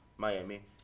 Miami